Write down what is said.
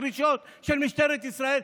דרישות של משטרת ישראל.